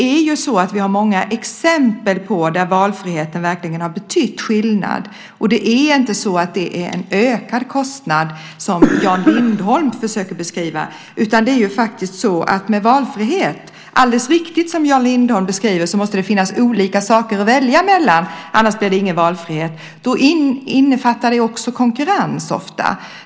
Vi har många exempel på att valfriheten verkligen gjort skillnad, och det handlar inte om en ökad kostnad, vilket Jan Lindholm försöker säga. Precis som Jan Lindholm alldeles riktigt beskriver måste det finnas olika saker att välja mellan. Annars blir det ingen valfrihet. Ofta innefattar det även konkurrens.